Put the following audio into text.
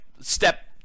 step